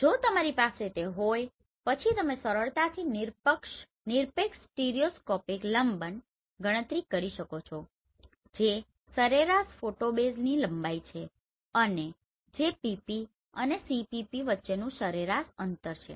જો તમારી પાસે તે હોય પછી તમે સરળતાથી નિરપેક્ષ સ્ટીરિયોસ્કોપિક લંબનની ગણતરી કરી શકો છો જે સરેરાશ ફોટોબેઝ લંબાઈ છે અને જે PP અને CPP વચ્ચેનુ સરેરાશ અંતર છે